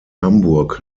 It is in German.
hamburg